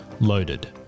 Loaded